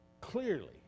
clearly